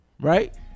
right